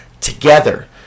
together